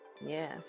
yes